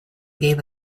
gave